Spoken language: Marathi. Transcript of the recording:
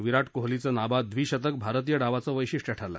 विराट कोहलीचं नाबाद द्विशतक भारतीय डावाचं वैशिष्ट्य ठरलं